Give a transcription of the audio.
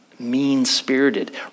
mean-spirited